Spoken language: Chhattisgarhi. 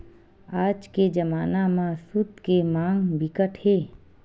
आज के जमाना म सूत के मांग बिकट हे